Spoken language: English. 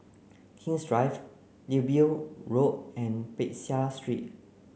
King's Drive Digby Road and Peck Seah Street